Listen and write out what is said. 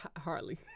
Harley